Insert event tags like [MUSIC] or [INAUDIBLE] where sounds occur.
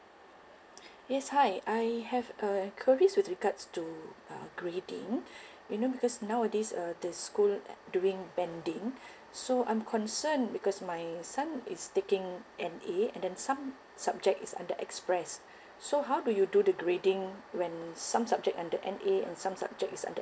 [BREATH] yes hi I have a query with regards to uh grading [BREATH] you know because nowadays uh the school uh doing banding [BREATH] so I'm concerned because my son is taking N_A and then some subject is under express [BREATH] so how do you do the grading when some subject under N_A and some subject is under